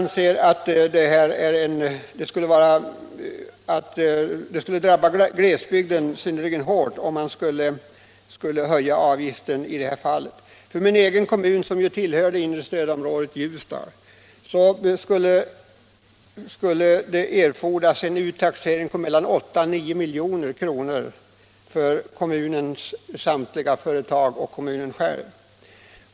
Det skulle drabba glesbygden synnerligen hårt om man:här skulle höja arbetsgivaravgifterna. I min egen kommun Ljusdal, som tillhör det inre stödområdet, skulle 2 96 höjning medföra en kostnadsökning på mellan 8 och 9 milj.kr. för kommunen och företagen i kommunen.